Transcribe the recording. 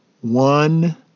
one